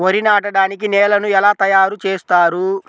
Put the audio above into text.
వరి నాటడానికి నేలను ఎలా తయారు చేస్తారు?